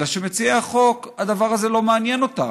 אלא שמציעי החוק, הדבר הזה לא מעניין אותם.